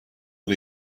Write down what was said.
and